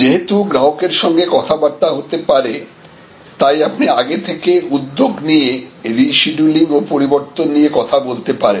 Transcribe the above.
যেহেতু গ্রাহকের সঙ্গে কথাবার্তা হতে পারে তাই আপনি আগে থেকে উদ্যোগ নিয়ে রিসিডিউলিং ও পরিবর্তন নিয়ে কথা বলতে পারেন